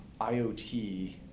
IoT